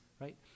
right